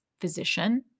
physician